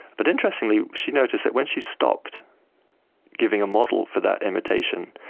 but interestingly she noticed that when she stopped giving a model for that imitation,